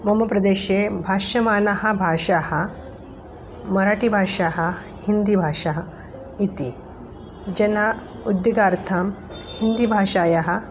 मम प्रदेशे भाष्यमानाः भाषा मराठीभाषा हिन्दीभाषा इति जना उद्योगार्थं हिन्दी भाषायाः